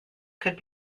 could